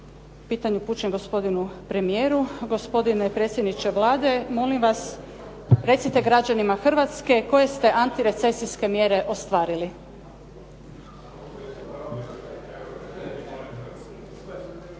Pitanje upućujem gospodinu premijeru. Gospodine predsjedniče Vlade, molim vas recite građanima Hrvatske koje ste antirecesijske mjere ostvarili.